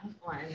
one